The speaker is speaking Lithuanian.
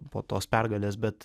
po tos pergalės bet